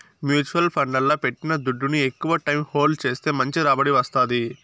mutual ఫండ్లల్ల పెట్టిన దుడ్డుని ఎక్కవ టైం హోల్డ్ చేస్తే మంచి రాబడి వస్తాది